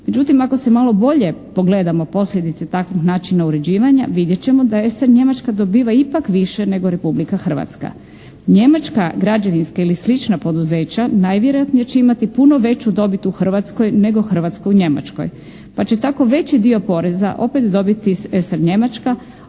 Međutim, ako se malo bolje pogledamo posljedice takvih načina uređivanja vidjet ćemo da SR Njemačka dobiva ipak više nego Republika Hrvatska. Njemačka građevinska ili slična poduzeća najvjerojatnije će imati puno veću dobit u Hrvatskoj nego Hrvatska u Njemačkoj. Pa će tako veći dio poreza opet dobiti SR Njemačka.